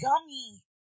gummy